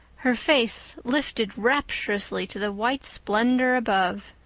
her face lifted rapturously to the white splendor above.